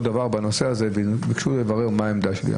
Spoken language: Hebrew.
דבר בנושא הזה וביקשו לברר מה העמדה שלי.